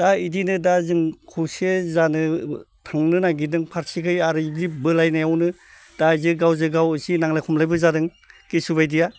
दा बिदिनो दा जों खौसे जानो थांनो नागिरदों फारसेथिं आरो बोलायनायावनो दा जे गावजोंगाव इसे नांलाय खमलायबो जादों खिसुबायदिया